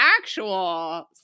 actual